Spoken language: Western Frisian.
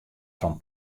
fan